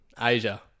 Asia